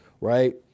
right